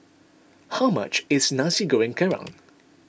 how much is Nasi Goreng Kerang